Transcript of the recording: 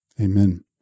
Amen